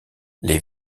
les